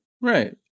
right